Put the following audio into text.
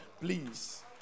Please